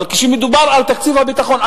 אבל כשמדובר על תקציב הביטחון,